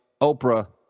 Oprah